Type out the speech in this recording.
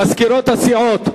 מזכירות הסיעות,